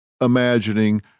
imagining